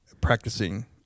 practicing